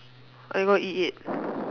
I got E eight